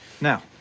Now